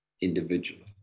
individually